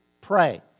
pray